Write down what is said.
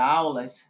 aulas